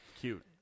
Cute